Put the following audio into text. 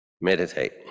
meditate